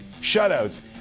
shutouts